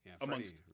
amongst